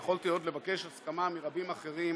ועוד יכולתי לבקש הסכמה מרבים אחרים,